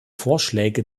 vorschläge